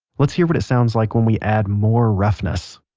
let's hear what it sounds like when we add more roughness